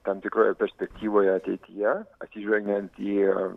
tam tikroje perspektyvoje ateityje atsižvelgiant į